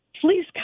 Please